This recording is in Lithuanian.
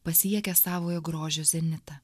pasiekia savojo grožio zenitą